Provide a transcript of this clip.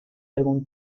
algún